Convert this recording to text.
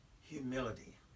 humility